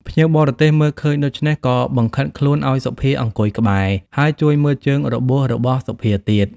ភ្ញៀវបរទេសមើលឃើញដូច្នេះ ក៏បង្ខិតខ្លួនឱ្យសុភាអង្គុយក្បែរ ហើយជួយមើលជើងរបួស របស់សុភាទៀត ។